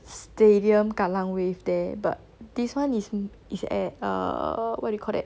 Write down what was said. stadium kallang wave there but this one is is at err what you call that